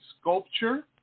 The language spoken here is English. sculpture